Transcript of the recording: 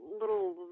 little